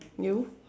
you